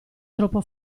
troppo